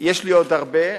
יש לי עוד הרבה,